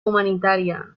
humanitaria